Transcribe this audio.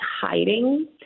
hiding